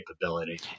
capability